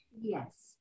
Yes